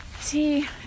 see